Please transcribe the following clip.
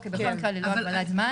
אז בכל מקרה ללא הגבלת זמן.